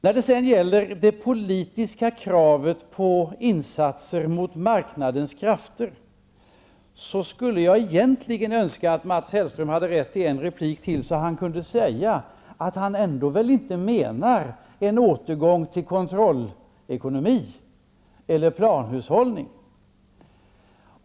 När det sedan gäller det politiska kravet på insatser mot marknadens krafter skulle jag egentligen önska att Mats Hellström hade rätt till ytterligare en replik, så att han kunde säga att han ändå inte menar en återgång till kontrollekonomi eller planhushållning.